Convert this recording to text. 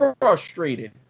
frustrated